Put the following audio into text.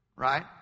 Right